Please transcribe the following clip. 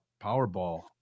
powerball